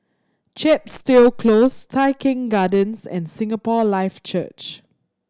Chepstow Close Tai Keng Gardens and Singapore Life Church